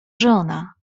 żona